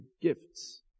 gifts